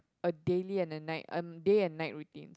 a daily and a night a day and night routine